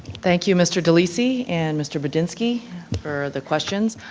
thank you mr. delisi and mr. budinski for the questions.